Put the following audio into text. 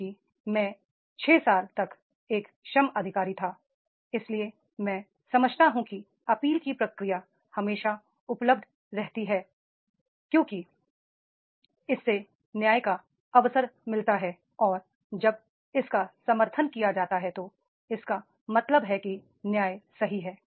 क्योंकि 6 साल तक मैं एक श्रम अधिकारी था इसलिए मैं समझता हूं कि अपील की प्रक्रिया हमेशा उपलब्ध रहती है क्योंकि इससे न्याय का अवसर मिलता है और जब इसका समर्थन किया जाता है तो इसका मतलब है कि न्याय सही है